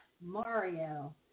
Mario